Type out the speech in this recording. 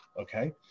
Okay